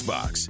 Box